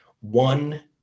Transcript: One